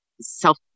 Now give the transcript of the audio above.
self